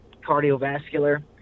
cardiovascular